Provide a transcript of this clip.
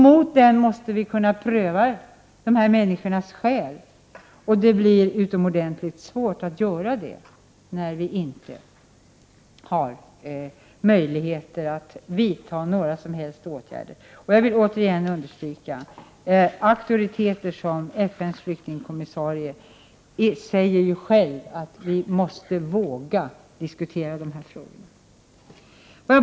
Mot den måste vi kunna pröva dessa människors skäl att vilja komma hit. Det blir utomordentligt svårt att göra det, när vi inte har möjligheter att vidta några som helst åtgärder. Jag vill återigen understryka att auktoriteter som FN:s flyktingkommissarie säger att vi måste våga diskutera de här frågorna.